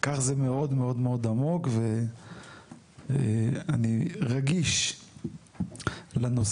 כך זה מאוד מאוד עמוק ואני רגיש לנושא.